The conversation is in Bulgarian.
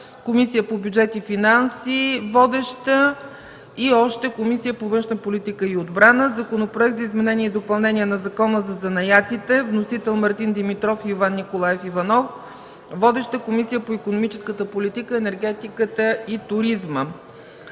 Комисията по бюджет и финанси. Разпределен е още на Комисията по външна политика и отбрана. Законопроект за изменение и допълнение на Закона за занаятите. Вносители – Мартин Димитров и Иван Николаев Иванов. Водеща е Комисията по икономическата политика, енергетиката и туризма.